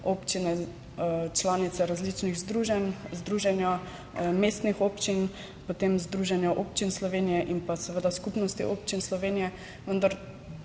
občine članice različnih združenj, Združenja mestnih občin, potem Združenja občin Slovenije in pa seveda Skupnosti občin Slovenije, vendar